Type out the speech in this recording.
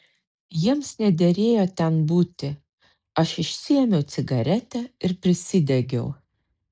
jiems nederėjo ten būti aš išsiėmiau cigaretę ir prisidegiau